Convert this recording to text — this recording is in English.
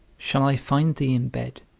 shall i find thee in bed?